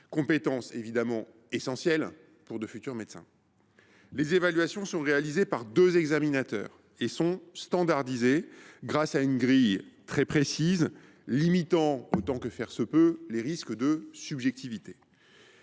évidemment essentielles pour de futurs médecins. Les évaluations sont réalisées par deux examinateurs et sont standardisées grâce à une grille très précise limitant, autant que faire se peut, les risques de subjectivité.